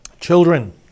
Children